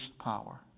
power